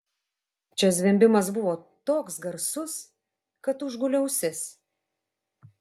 čia zvimbimas buvo toks garsus kad užgulė ausis